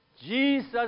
Jesus